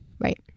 right